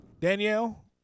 Danielle